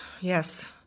Yes